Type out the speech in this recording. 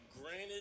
Granted